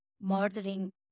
murdering